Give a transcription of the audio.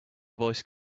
voice